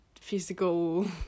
physical